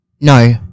No